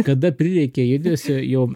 kada prireikia judesio jo